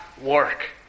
work